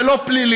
זה לא פלילי.